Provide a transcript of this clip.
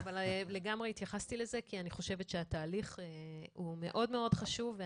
לגמרי התייחסתי לזה כי אני חושבת שהתהליך מאוד חשוב,